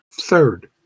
Third